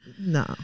No